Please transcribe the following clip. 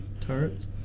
turrets